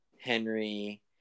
henry